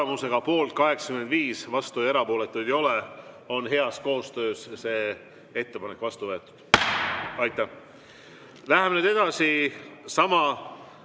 Tulemusega poolt 85, vastuolijaid ja erapooletuid ei ole on heas koostöös see ettepanek vastu võetud. Aitäh! Läheme nüüd edasi sama